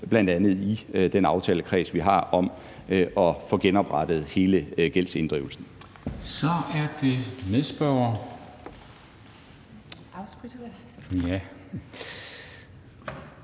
bl.a. i den aftalekreds, vi har om at få genoprettet hele gældsinddrivelsen.